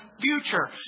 future